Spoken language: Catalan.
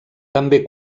també